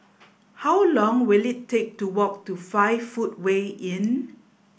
how long will it take to walk to Five Footway Inn